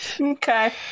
Okay